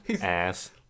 ass